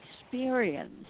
experience